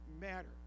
matter